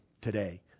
today